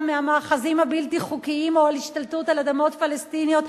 מהמאחזים הבלתי-חוקיים או מהשתלטות על אדמות פלסטיניות,